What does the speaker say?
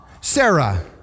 Sarah